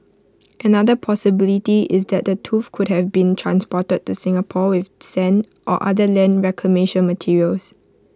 another possibility is that the tooth could have been transported to Singapore with sand or other land reclamation materials